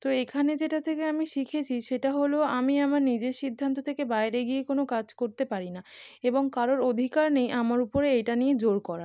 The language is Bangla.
তো এখানে যেটা থেকে আমি শিখেছি সেটা হলো আমি আমার নিজের সিদ্ধান্ত থেকে বাইরে গিয়ে কোনো কাজ করতে পারি না এবং কারোর অধিকার নেই আমার উপরে এটা নিয়ে জোর করার